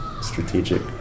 strategic